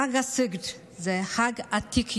חג הסיגד זה חג עתיק יומין,